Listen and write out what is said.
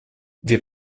wir